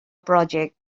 project